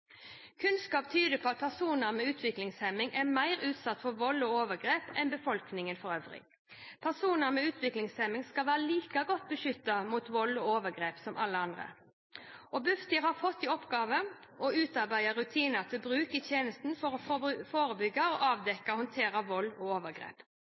Kunnskap tyder på at personer med utviklingshemning er mer utsatt for vold og overgrep enn befolkningen for øvrig. Personer med utviklingshemning skal være like godt beskyttet mot vold og overgrep som alle andre. Bufdir har fått i oppgave å utarbeide rutiner til bruk i tjenesten for å forebygge, avdekke og